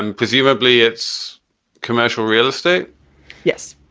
and presumably it's commercial real estate yes,